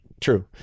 true